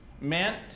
meant